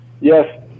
Yes